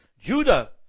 Judah